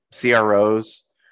CROs